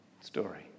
story